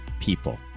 people